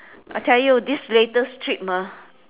I tell you this latest trip ah